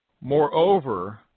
Moreover